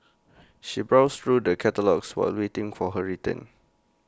she browsed through the catalogues while waiting for her return